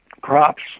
crops